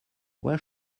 where